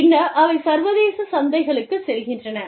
பின்னர் அவை சர்வதேசச் சந்தைகளுக்குச் செல்கின்றன